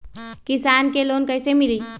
किसान के लोन कैसे मिली?